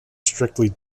strictly